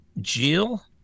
Jill